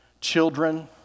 children